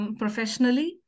professionally